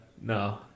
No